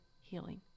healing